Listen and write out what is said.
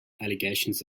allegations